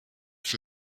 für